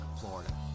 Florida